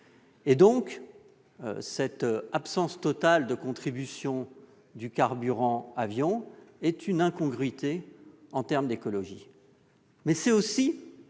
l'avion. Cette absence totale de contribution sur le carburant des avions est une incongruité en termes d'écologie,